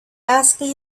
asking